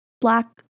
black